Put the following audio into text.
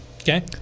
Okay